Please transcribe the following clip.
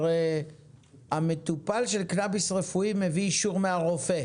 הרי המטופל של קנביס רפואי, מביא אישור מהרופא.